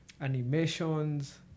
animations